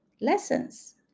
lessons